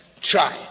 Try